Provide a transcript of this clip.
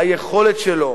היכולת שלו,